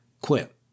quit